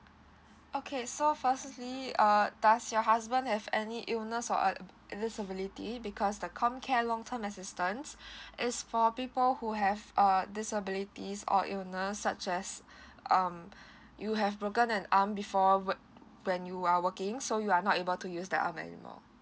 okay so firstly uh does your husband have any illness or uh disability because the comcare long term assistance is for people who have uh disabilities or illness such us um you have broken an arm before work when you are working so you are not able to use that arm anymore